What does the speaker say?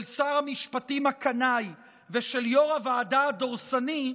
של שר המשפטים הקנאי ושל יו"ר הוועדה הדורסני,